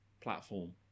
platform